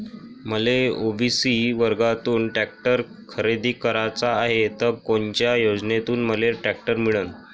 मले ओ.बी.सी वर्गातून टॅक्टर खरेदी कराचा हाये त कोनच्या योजनेतून मले टॅक्टर मिळन?